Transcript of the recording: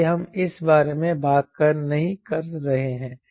इसलिए हम इस बारे में बात नहीं कर रहे हैं